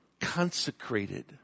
consecrated